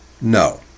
No